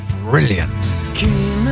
brilliant